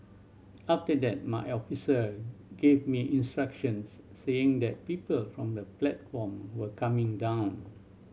after that my officer gave me instructions saying that people from the platform were coming down